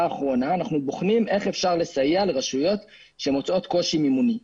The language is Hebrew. האחרונה אנחנו בוחנים איך אפשר לסייע לרשויות שמוצאות קושי מימוני.